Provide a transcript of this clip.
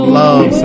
love